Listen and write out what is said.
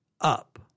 up